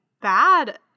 bad